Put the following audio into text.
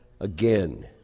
again